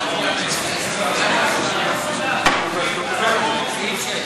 סעיפים 1 3